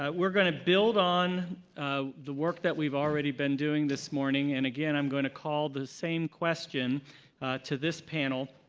ah we are going to build on ah the work that we have already been doing this morning. and again, i am going to call the same question to this panel,